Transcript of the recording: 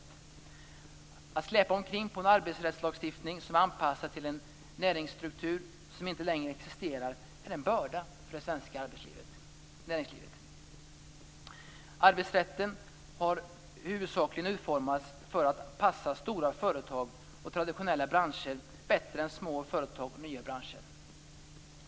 Att släpa omkring på en arbetsrättslagstiftning som är anpassad till en näringsstruktur som inte längre existerar är en börda för det svenska näringslivet. Arbetsrätten har huvudsakligen utformats för att passa stora företag och traditionella branscher bättre än små företag och nya branscher.